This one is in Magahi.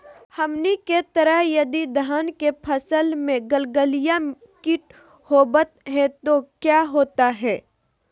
हमनी के तरह यदि धान के फसल में गलगलिया किट होबत है तो क्या होता ह?